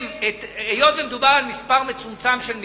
שהיות שמדובר על מספר מצומצם של מקרים,